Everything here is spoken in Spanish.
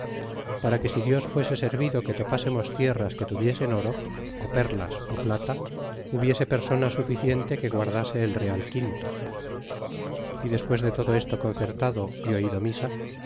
para que si dios fuese servido que topasemos tierras que tuviesen oro ó perlas ó plata hubiese persona suficiente que guardase el real quinto y despues de todo esto concertado y oido misa